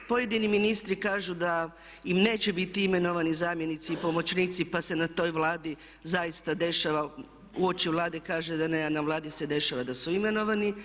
Pojedini ministri kažu da im neće biti imenovani zamjenici i pomoćnici pa se na toj Vladi zaista dešava uoči Vlade kaže se ne, a na Vladi se dešava da su imenovani.